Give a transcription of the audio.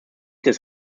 des